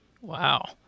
Wow